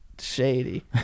Shady